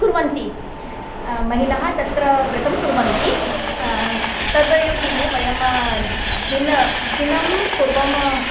कुर्वन्ति महिलाः तत्र व्रतं कुर्वन्ति तदेव दिने वयं दिनं दिनपूर्वम्